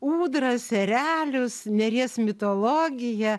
ūdras erelius neries mitologiją